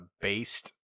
based